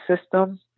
system